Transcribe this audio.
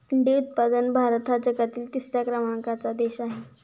अंडी उत्पादनात भारत हा जगातील तिसऱ्या क्रमांकाचा देश आहे